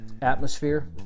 atmosphere